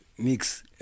mix